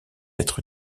être